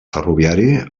ferroviari